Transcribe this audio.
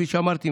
כפי שאמרתי,